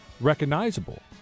recognizable